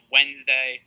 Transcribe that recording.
Wednesday